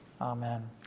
Amen